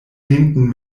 lehnten